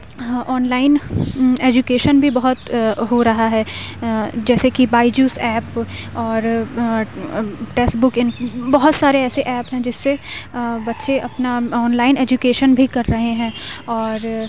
on line education بھی بہت ہو رہا ہے جیسے کہ بائی جوز ایپ اور ٹیسٹ بک بہت سارے ایسے ایپ ہیں جس سے بچے اپنا آن لائن ایجوکیشن بھی کر رہے ہیں اور